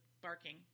barking